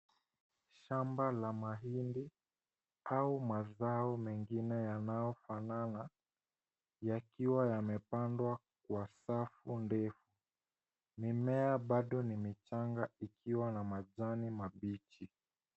Shamba la mahindi au mazao mengine yanayofanana yakiwa yamepandwa kwa safu ndefu. Mimea bado ni michanga ikiwa na majani mabichi.